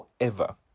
forever